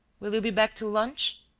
will you be back to lunch?